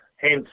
Hence